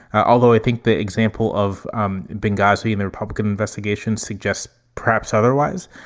although i think the example of um benghazi in the republican investigation suggests perhaps otherwise.